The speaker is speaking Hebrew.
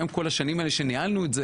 מה עם כל השנים האלה שניהלנו את זה?